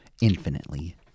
Infinitely